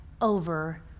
over